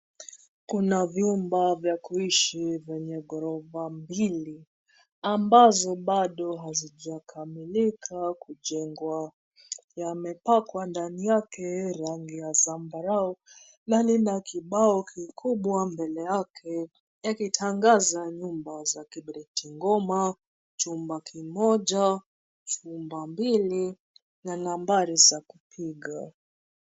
Kuna vyumba vya kuishi vyenye ghorofa mbili ambazo bado hazijakamilika kujengwa. Yamepakwa ndani yake rangi ya zambarau na lina kibao kikubwa mbele yake yakitangaza nyumba za kibriki ngoma , chumba kimoja, chumba mbili na nambari za kupiga.